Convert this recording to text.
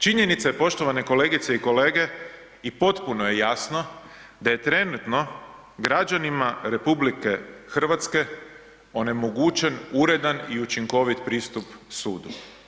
Činjenica je poštovane kolegice i kolege i potpuno je jasno da je trenutno građanima RH onemogućen uredan i učinkovit pristup sudu.